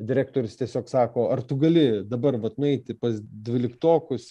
direktorius tiesiog sako ar tu gali dabar vat nueiti pas dvyliktokus